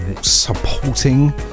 supporting